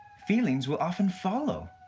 feelings will often follow.